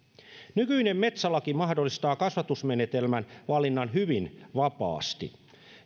nykyinen metsälaki mahdollistaa kasvatusmenetelmän valinnan hyvin vapaasti